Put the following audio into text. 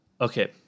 Okay